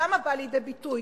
שם זה בא לידי ביטוי,